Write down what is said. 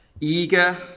eager